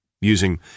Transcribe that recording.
using